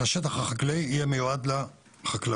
השטח החקלאי יהיה מיועד לחקלאות.